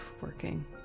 working